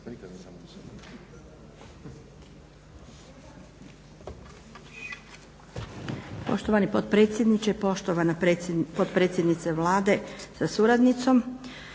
Poštovani potpredsjedniče, poštovana potpredsjednice Vlade sa suradnicom.